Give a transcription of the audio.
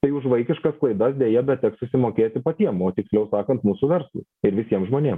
tai už vaikiškas klaidas deja bet teks susimokėti patiem tiksliau sakant mūsų verslui ir visiem žmonėm